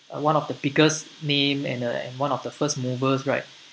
are one of the biggest name and uh and one of the first movers right